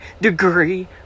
degree